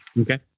Okay